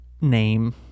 name